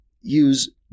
Use